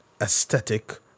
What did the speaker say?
aesthetic